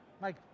Mike